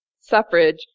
suffrage